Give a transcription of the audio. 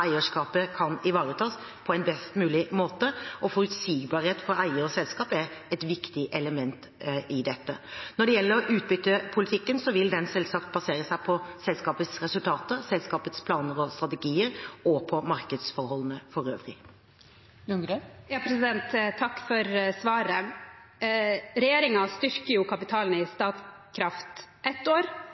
eierskapet kan ivaretas på en best mulig måte. Forutsigbarhet for eier og selskap er et viktig element i dette. Når det gjelder utbyttepolitikken, vil den selvsagt basere seg på selskapets resultater og selskapets planer og strategier og på markedsforholdene for øvrig. Takk for svaret. Regjeringen styrker jo kapitalen i Statkraft ett år, for så å trekke den tilbake som en del av budsjettforliket et annet år.